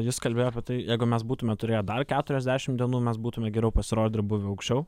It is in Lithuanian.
jis kalbėjo apie tai jeigu mes būtume turėję dar keturiasdešimt dienų mes būtume geriau pasirodę buvę aukščiau